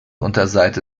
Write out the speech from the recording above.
unterseite